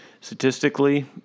Statistically